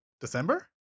December